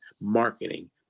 marketing